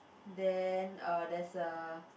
then uh there's a